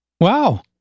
Wow